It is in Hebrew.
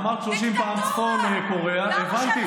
אמרת 30 פעם צפון קוריאה, הבנתי.